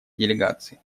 делегации